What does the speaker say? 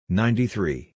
ninety-three